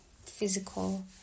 physical